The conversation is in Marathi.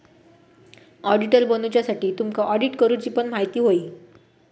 ऑडिटर बनुच्यासाठी तुमका ऑडिट करूची पण म्हायती होई